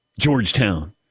Georgetown